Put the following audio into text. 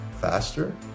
faster